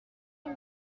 این